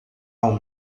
uma